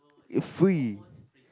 is free